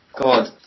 God